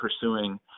pursuing